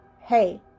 hey